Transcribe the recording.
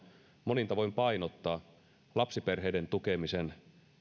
monin tavoin painottaa lapsiperheiden tukemisen